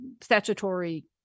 statutory